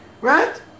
Right